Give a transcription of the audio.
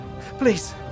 please